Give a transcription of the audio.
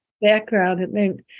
background